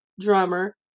drummer